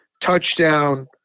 touchdown